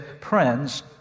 Prince